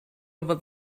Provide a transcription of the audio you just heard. over